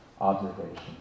observation